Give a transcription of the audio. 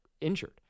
injured